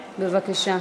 בבקשה.